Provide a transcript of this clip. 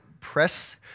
Press